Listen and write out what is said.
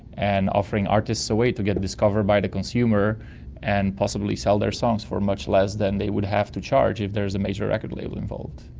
and offering artists a way to get discovered by the consumer and possibly sell their songs for much less than they would have to charge if there was a major record label involved.